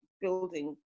building